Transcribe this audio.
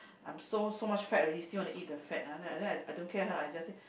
I am so so much fat already still want to eat the fat ah then then I don't care her I just say